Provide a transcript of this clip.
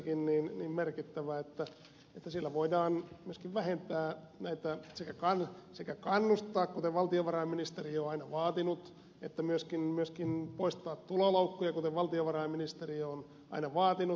räsänen tässä jo totesikin merkittävää että sillä voidaan sekä kannustaa kuten valtiovarainministeriö on aina vaatinut että myöskin poistaa tuloloukkuja kuten valtiovarainministeriö on aina vaatinut